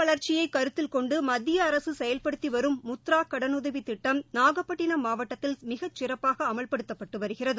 வளர்ச்சியைகருத்தில் கொண்டுமத்தியஅரசுசெயல்படுத்திவரும் முத்ராகடனுதவிதிட்டம் தொழில் நாகபட்டினம் மாவட்டத்தில் மிகச் சிறப்பாகஅமல்படுத்தப்பட்டுவருகிறது